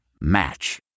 Match